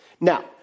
Now